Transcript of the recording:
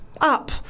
up